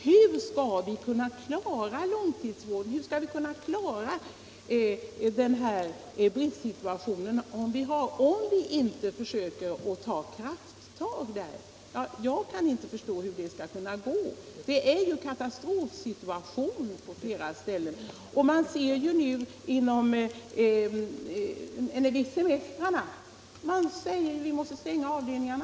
Hur skall vi kunna klara långtidsvården, hur skall vi kunna klara bristsituationen, om vi inte försöker ta krafttag? Jag kan inte förstå hur detta skall kunna gå. Man har ju katastrofsituation på flera ställen; man måste t.ex. under semestrarna stänga avdelningarna.